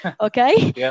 Okay